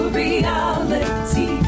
reality